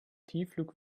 tiefflug